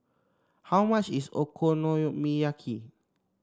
how much is Okonomiyaki